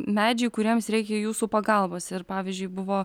medžiai kuriems reikia jūsų pagalbos ir pavyzdžiui buvo